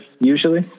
usually